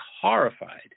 horrified